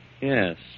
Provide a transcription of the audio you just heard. Yes